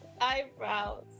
eyebrows